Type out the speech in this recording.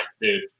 dude